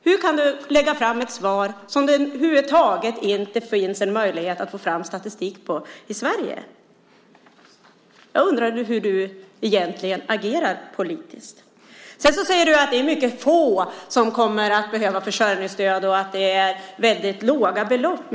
Hur kan du lägga fram ett svar som det över huvud taget inte finns en möjlighet att få fram statistik på i Sverige? Jag undrar hur du egentligen agerar politiskt. Sedan säger du att det är mycket få som kommer att behöva försörjningsstöd och att det är fråga om väldigt låga belopp.